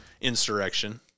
insurrection